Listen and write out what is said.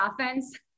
offense